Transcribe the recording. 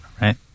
right